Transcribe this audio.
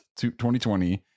2020